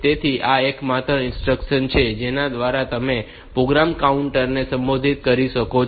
તેથી આ એકમાત્ર ઇન્સ્ટ્રક્શન છે જેના દ્વારા તમે પ્રોગ્રામ કાઉન્ટર ને સંશોધિત કરી શકો છો